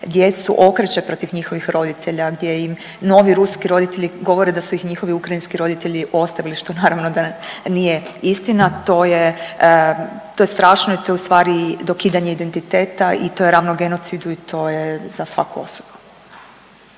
djecu okreće protiv njihovih roditelja, gdje im novi ruski roditelji govore da su ih njihovi ukrajinski roditelji ostavili što naravno da nije istina. To je strašno i to je u stvari dokidanje identiteta i to je ravno genocidu i to je za svaku osudu.